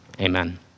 Amen